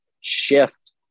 shift